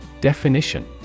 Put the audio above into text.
Definition